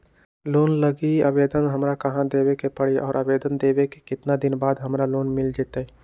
Loan लागी आवेदन हमरा कहां देवे के पड़ी और आवेदन देवे के केतना दिन बाद हमरा लोन मिल जतई?